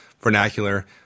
vernacular